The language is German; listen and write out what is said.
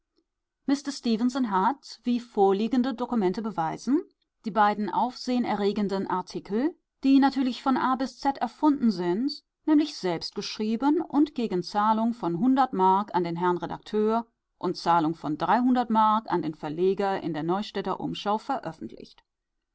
hat wie vorliegende dokumente beweisen die beiden aufsehenerregenden artikel die natürlich von a bis z erfunden sind nämlich selbst geschrieben und gegen zahlung von hundert mark an den herrn redakteur und zahlung von dreihundert mark an den verleger in der neustädter umschau